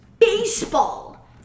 baseball